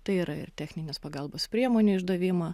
tai yra ir techninės pagalbos priemonių išdavimą